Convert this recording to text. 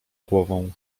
głową